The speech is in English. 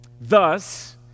Thus